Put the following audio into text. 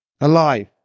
alive